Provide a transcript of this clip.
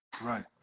right